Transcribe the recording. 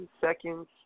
seconds